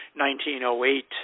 1908